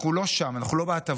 אנחנו לא שם, אנחנו לא בהטבות.